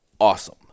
awesome